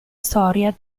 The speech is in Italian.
storia